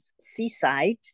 seaside